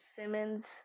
Simmons